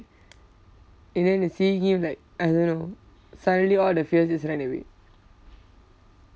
and then I see him like I don't know suddenly all the fears just ran away